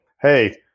hey